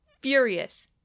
furious